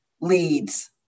leads